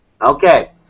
Okay